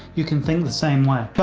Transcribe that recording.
you can think the same way.